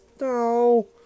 No